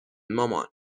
مامان